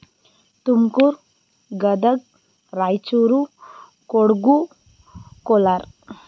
Tumakuru Gadag Raichur Kodagu Kolar